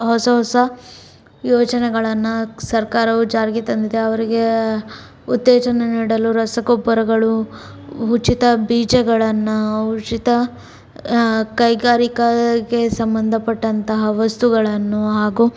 ಹೊಸ ಹೊಸ ಯೋಜನೆಗಳನ್ನು ಸರ್ಕಾರವು ಜಾರಿಗೆ ತಂದಿದೆ ಅವರಿಗೆ ಉತ್ತೇಜನ ನೀಡಲು ರಸಗೊಬ್ಬರಗಳು ಉಚಿತ ಬೀಜಗಳನ್ನು ಉಚಿತ ಕೈಗಾರಿಕೆಗೆ ಸಂಬಧಪಟ್ಟಂತಹ ವಸ್ತುಗಳನ್ನು ಹಾಗು